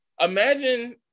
imagine